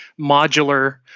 modular